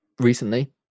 recently